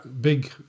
big